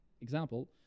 example